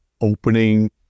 opening